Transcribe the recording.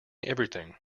everything